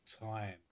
time